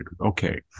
okay